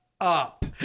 up